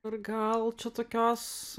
ir gal čia tokios